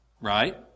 right